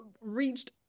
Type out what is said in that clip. reached